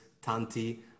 Tanti